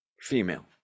female